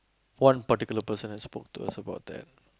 one particular person I spoke is about that